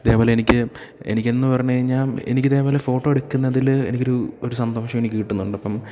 അതേ പോലെനിക്ക് എനിക്കെന്നു പറഞ്ഞു കഴിഞ്ഞാൽ എനിക്കിതേ പോലെ ഫോട്ടോയെടുക്കുന്നതിൽ എനിക്കൊരു ഒരു സന്തോഷമെനിക്ക് കിട്ടുന്നുണ്ടപ്പം